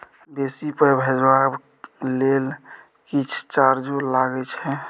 बेसी पाई भेजबाक लेल किछ चार्जो लागे छै?